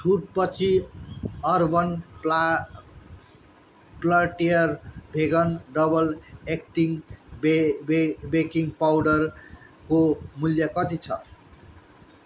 छुट पछि अर्बन प्ला प्ल्याटर भेगन डबल एक्टिङ बे बे बेकिङ पाउडरको मूल्य कति छ